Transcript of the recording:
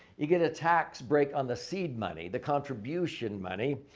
you get a tax break on the seed money, the contribution money.